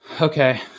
okay